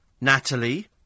Natalie